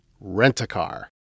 Rent-A-Car